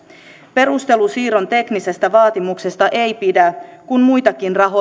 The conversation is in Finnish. perustelu siirron teknisestä vaatimuksesta ei pidä kun muitakin